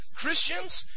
Christians